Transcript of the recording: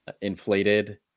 inflated